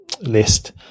list